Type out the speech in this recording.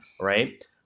Right